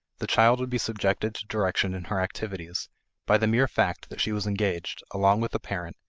the child would be subjected to direction in her activities by the mere fact that she was engaged, along with the parent,